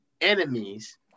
enemies